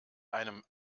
einem